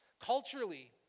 Culturally